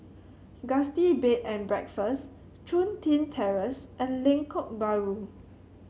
Gusti Bed and Breakfast Chun Tin Terrace and Lengkok Bahru